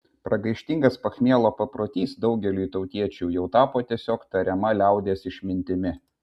pragaištingas pachmielo paprotys daugeliui tautiečių jau tapo tiesiog tariama liaudies išmintimi